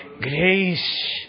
Grace